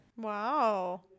Wow